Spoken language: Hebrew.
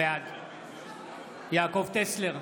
בעד יעקב טסלר,